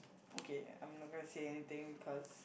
okay I'm not gonna say anything because